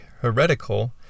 heretical